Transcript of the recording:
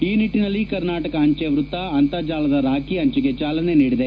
ಈ ನಿಟ್ಟನಲ್ಲಿ ಕರ್ನಾಟಕ ಅಂಜೆ ವೃತ್ತ ಅಂತರ್ಜಾಲದ ರಾಖ ಅಂಜೆಗೆ ಚಾಲನೆ ನೀಡಿದೆ